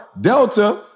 delta